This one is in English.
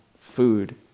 food